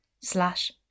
slash